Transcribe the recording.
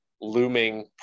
looming